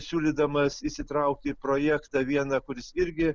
siūlydamas įsitraukti į projektą vieną kuris irgi